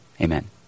Amen